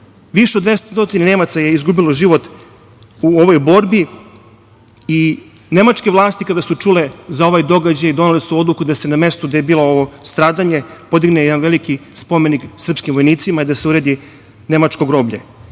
Više od 200 Nemaca je izgubilo život u ovoj borbi i nemačke vlasti kada su čule za ovaj događaj doneli su odluku da se na mestu gde je bilo ovo stradanje podigne jedan veliki spomenik srpskim vojnicima i da se uredi nemačko groblje. Godine